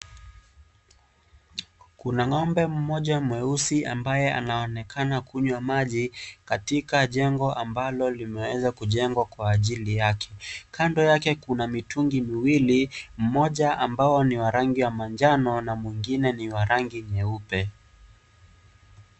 Kuna ngombe mmoja mweusi ambaye anaonekana kunywa maji katika jengo ambalo limeweza kujengwa kwa ajili yake, kando yake kuna mitungi miwili, moja ambao ni wa rangi ya manjano na mwingine ni wa rangi mweupe.